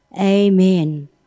Amen